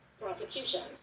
prosecution